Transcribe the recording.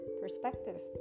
perspective